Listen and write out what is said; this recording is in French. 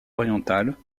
orientale